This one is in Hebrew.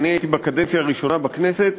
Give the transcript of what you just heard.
והייתי בקדנציה הראשונה בכנסת,